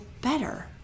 better